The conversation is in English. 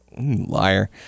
Liar